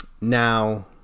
Now